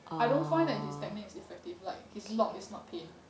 I don't find that his techniques effective like his lock is not pain